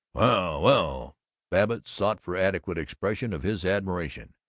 well babbitt sought for adequate expression of his admiration.